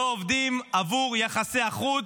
לא עובדים עבור יחסי החוץ,